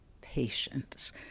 patience